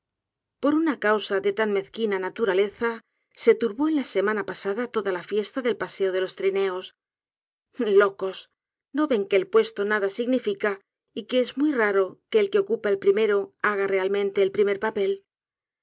por una causa de tan mezquina naturaleza se turbó en la semana pasada toda la fiesta del paseo de los trineos locos no ven que el puesto nada significa y que es muy raro que el que ocupa el primero haga realtóente el primer papel